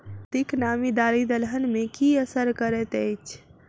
अधिक नामी दालि दलहन मे की असर करैत अछि?